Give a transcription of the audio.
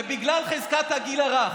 ובגלל חזקת הגיל הרך,